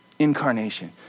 incarnation